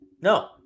No